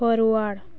forward